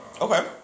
Okay